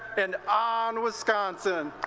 and on, wisconsin!